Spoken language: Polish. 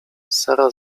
sara